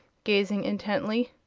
gazing intently.